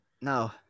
No